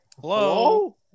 Hello